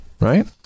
Right